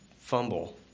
fumble